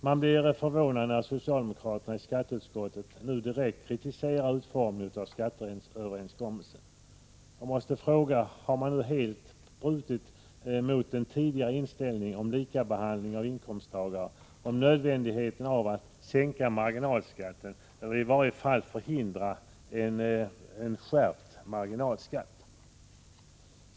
Man blir förvånad när socialdemokraterna i skatteutskottet nu direkt ;kritiserar utformningen av skatteöverenskommelsen. Jag måste fråga om .man helt gått ifrån den tidigare uppfattningen om likabehandling av "inkomsttagare och om nödvändigheten att sänka marginalskatten eller i varje fall förhindra en skärpning av denna.